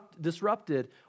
disrupted